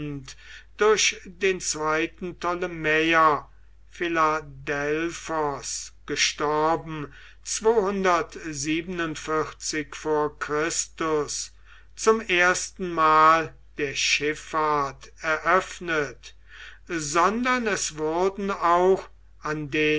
durch den zweiten ptolemäer philadelphos gestorben vor zum ersten mal der schiffahrt eröffnet sondern es wurden auch an den